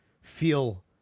feel